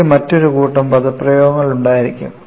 എനിക്ക് മറ്റൊരു കൂട്ടം പദപ്രയോഗങ്ങൾ ഉണ്ടായിരിക്കും